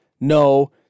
No